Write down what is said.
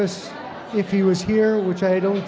us if he was here which i don't